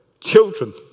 children